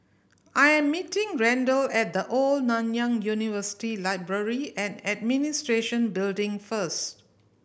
I'm meeting Randle at The Old Nanyang University Library and Administration Building first